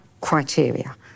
criteria